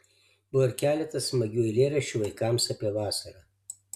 buvo ir keletas smagių eilėraščių vaikams apie vasarą